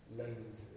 lanes